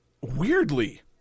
Weirdly